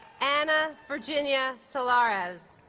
ana virginia solares